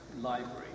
Library